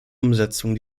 umsetzung